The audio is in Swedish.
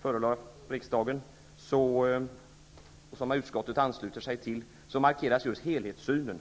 förelade riksdagen, och som utskottet ansluter sig till, markeras just helhetssynen.